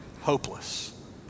hopeless